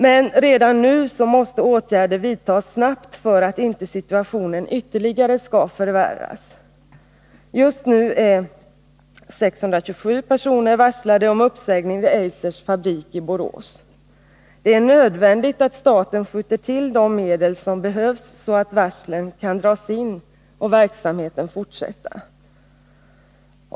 Men redan nu måste åtgärder vidtas snabbt för att inte situationen ytterligare skall förvärras. Just nu är 627 personer varslade om uppsägning vid Eisers fabrik i Borås. Det är nödvändigt att staten skjuter till de medel som behövs så att varslen kan dras in och verksamheten fortsätta.